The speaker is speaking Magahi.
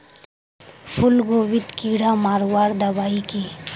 फूलगोभीत कीड़ा मारवार दबाई की?